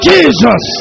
Jesus